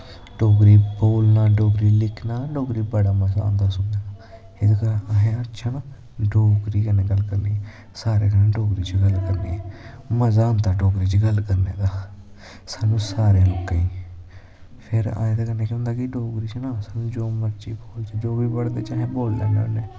डोगरी बोलना डोगरी लिखना डोगरी बड़ा मज़ा आंदा सुनने गी एह्दे कोला असैं अच्छा न डोगरी कन्नै गल्ल करनी सारैं कन्नै डोगरी च गल्ल करनी मज़ा आंदा डोगरी च गल्ल करने दा साह्नू सारें लोकें फिर अज ते कन्नै केह् होंदा ना डोगरी च साह्नू जो मर्जी जो बर्ड़ बिच्च अस बोली लैने होने